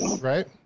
Right